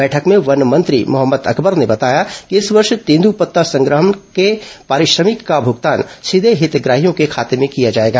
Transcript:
बैठक में वन मंत्री मोहम्मद अकबर ने बताया कि इस वर्ष तेंदपत्ता संग्रहण के पारिश्रमिक का भुगतान सीधे हितग्राहियों के खाते में किया जाएगा